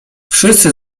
wszyscy